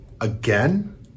Again